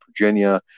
Virginia